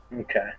Okay